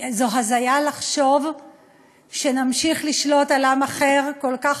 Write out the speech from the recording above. זו הזיה לחשוב שנמשיך לשלוט על עם אחר כל כך